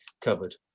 Covered